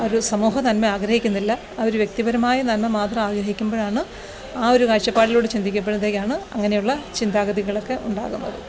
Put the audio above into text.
ഒരു സമൂഹ നന്മ ആഗ്രഹിക്കുന്നില്ല അവർ വ്യക്തിപരമായ നന്മ മാത്രം ആഗ്രഹിക്കുമ്പോഴാണ് ആ ഒരു കാഴ്ചപ്പാടിലൂടെ ചിന്തിക്കുമ്പോഴത്തേക്കാണ് അങ്ങനെയുള്ള ചിന്താഗതികളൊക്കെ ഉണ്ടാകുന്നത്